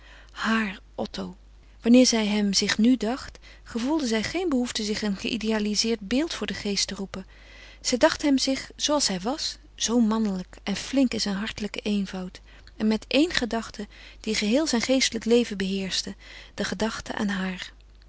haar otto wanneer zij hem zich nu dacht gevoelde zij geen behoefte zich een geïdealizeerd beeld voor den geest te roepen zij dacht hem zich zooals hij was zoo mannelijk en flink in zijn hartelijken eenvoud en met éen gedachte die geheel zijn geestelijk leven beheerschte de gedachte aan haar